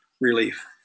relief